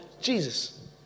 Jesus